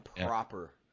proper